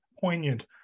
poignant